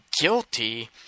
guilty